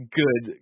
good